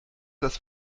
das